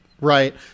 right